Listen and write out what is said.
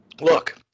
Look